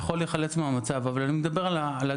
הוא יכול להיחלץ מהמצב, אבל אני מדבר על ההגדרות.